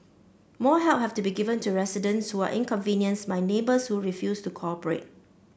more help have to be given to residents who are inconvenienced by neighbours who refuse to cooperate